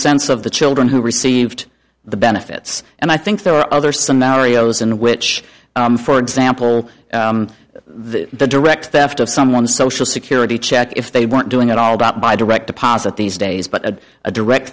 sense of the children who received the benefits and i think there are other scenarios in which for example the direct theft of someone's social security check if they weren't doing at all about by direct deposit these days but as a direct